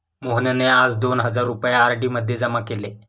मोहनने आज दोन हजार रुपये आर.डी मध्ये जमा केले